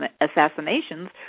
assassinations